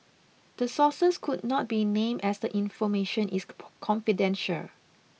the sources could not be named as the information is confidential